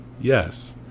Yes